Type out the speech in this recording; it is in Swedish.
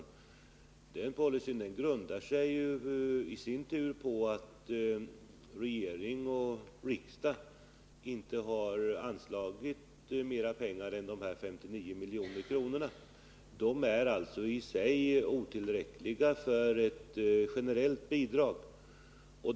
Och den policyn grundar sig på att regering och riksdag till detta ändamål inte har anslagit mer pengar än 59 milj.kr., ett belopp som i sig är otillräckligt för att användas till generella bidrag.